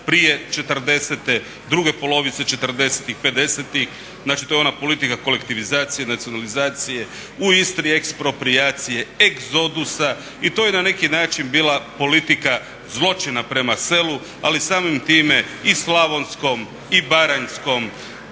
pedesetih. Znači, to je ona politika kolektivizacije, nacionalizacije, u Istri eksproprijacije egzodusa i to je na neki način bila politika zločina prema selu, ali samim time i slavonskom i baranjskom